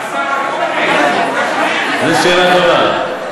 זו שאלה טובה.